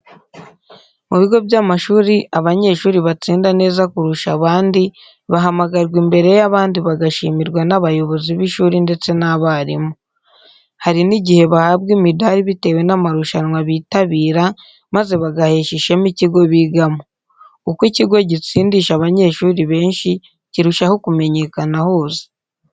Mu bigo by'amashuri abanyeshuri batsinda neza kurusha abandi bahamagarwa imbere y'abandi bagashimirwa n'abayobozi b'ishuri ndetse n'abarimu. Hari n'igihe bahabwa imidari bitewe n'amarushanwa bitabira, maze bagahesha ishema ikigo bigamo. Uko ikigo gitsindisha abanyeshuri benshi cyirushaho kumenyekana hose.